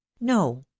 no